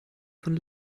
von